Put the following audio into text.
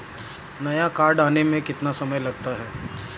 नया कार्ड आने में कितना समय लगता है?